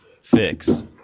fix